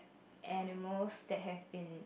animals that have been